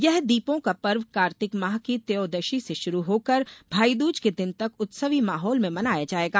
यह दीपों का पर्व कार्तिक माह की त्रयोदशी से शुरु होकर भाईदूज के दिन तक उत्सवी माहौल में मनाया जाएगा